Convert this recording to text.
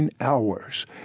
hours